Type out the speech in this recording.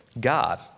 God